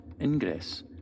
ingress